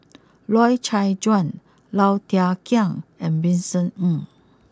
Loy Chye Chuan Low Thia Khiang and Vincent Ng